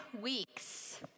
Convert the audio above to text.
weeks